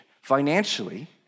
financially